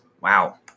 Wow